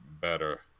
better